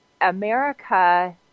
America